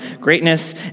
greatness